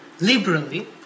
liberally